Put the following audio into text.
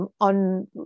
On